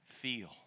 feel